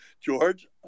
George